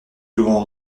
souvent